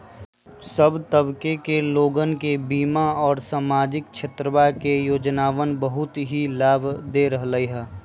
सब तबके के लोगन के बीमा और सामाजिक क्षेत्रवा के योजनावन बहुत ही लाभ दे रहले है